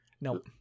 no